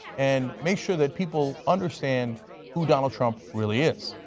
and make sure that people understand who donald trump really is.